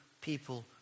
people